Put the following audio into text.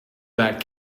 that